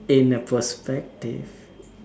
in a perspective